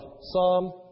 Psalm